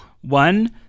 One